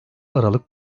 aralık